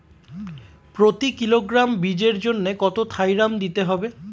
প্রতি কিলোগ্রাম বীজের জন্য কত থাইরাম দিতে হবে?